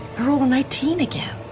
i rolled a nineteen again.